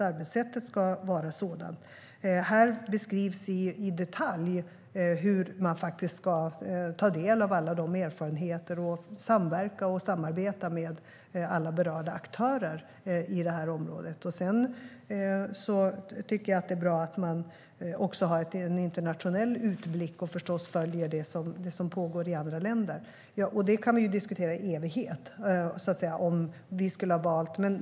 Arbetssättet ska vara just sådant. Här beskrivs i detalj hur utredaren ska ta del av alla erfarenheter och samverka och samarbeta med alla berörda aktörer i området. Sedan är det bra att utredningen har en internationell utblick och följer det som pågår i andra länder. Vi kan diskutera i all evighet vad vi skulle ha valt.